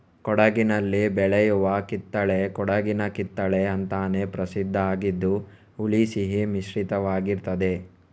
ಕೊಡಗಿನಲ್ಲಿ ಬೆಳೆಯುವ ಕಿತ್ತಳೆ ಕೊಡಗಿನ ಕಿತ್ತಳೆ ಅಂತಾನೇ ಪ್ರಸಿದ್ಧ ಆಗಿದ್ದು ಹುಳಿ ಸಿಹಿ ಮಿಶ್ರಿತವಾಗಿರ್ತದೆ